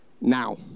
now